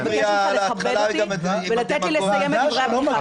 אני מבקשת ממך לכבד אותי ולתת לי לסיים את דברי הפתיחה שלי.